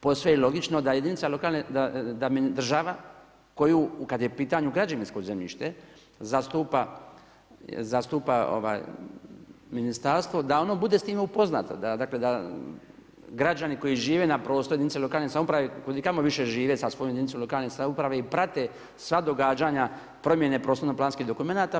Posve je i logično da i jedinica lokalne, da država koju kada je u pitanju građevinsko zemljište zastupa ministarstvo da ono bude s time upoznato dakle da građani koji žive na prostoru jedinice lokalne samouprave kudikamo više žive sa svojom jedinicom lokalne samouprave i prate sva događaja promjene prostorno planskih dokumenata.